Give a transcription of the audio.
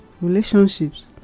Relationships